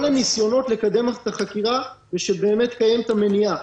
הניסיונות לקדם את החקירה ושבאמת קיימת המניעה.